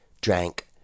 drank